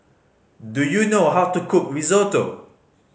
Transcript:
do you know how to cook Risotto